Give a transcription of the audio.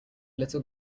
little